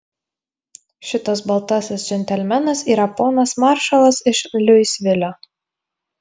šitas baltasis džentelmenas yra ponas maršalas iš luisvilio